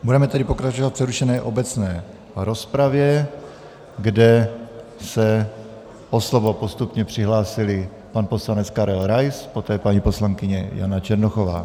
Budeme tedy pokračovat v přerušené obecné rozpravě, kde se o slovo postupně přihlásili pan poslanec Karel Rais, poté paní poslankyně Jana Černochová.